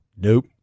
Nope